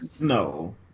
no